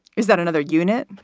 is that another? unit.